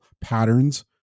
patterns